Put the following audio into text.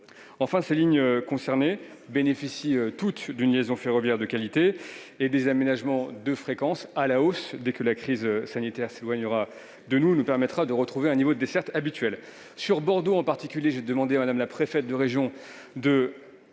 Enfin, les lignes concernées bénéficient toutes d'une liaison ferroviaire de qualité. Des aménagements de fréquence à la hausse, dès que la crise sanitaire s'éloignera, nous permettront de retrouver le niveau de desserte habituel. Concernant Bordeaux, j'ai demandé à Mme la préfète de région d'être